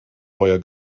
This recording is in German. feuer